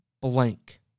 blank